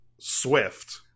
Swift